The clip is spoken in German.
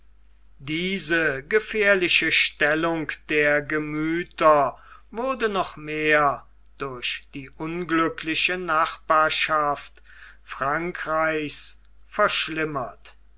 diese gefährliche stellung der gemüther wurde noch mehr durch die unglückliche nachbarschaft frankreichs verschlimmert